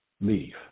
leave